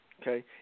okay